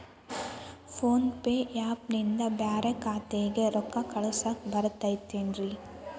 Phone pay app ನಿಂದ ಬ್ಯಾರೆ ಖಾತೆಕ್ ರೊಕ್ಕಾ ಕಳಸಾಕ್ ಬರತೈತೇನ್ರೇ?